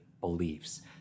beliefs